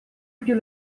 più